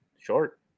Short